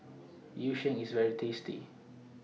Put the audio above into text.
Yu Sheng IS very tasty